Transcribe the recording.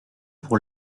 pour